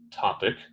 topic